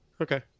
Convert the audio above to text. Okay